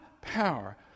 power